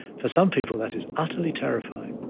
for some people, that is utterly terrifying.